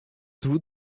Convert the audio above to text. through